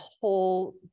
whole